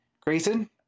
Grayson